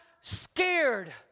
scared